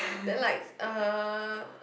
then like uh